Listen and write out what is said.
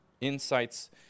insights